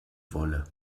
wolle